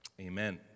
Amen